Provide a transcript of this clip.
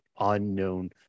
unknown